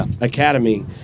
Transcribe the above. academy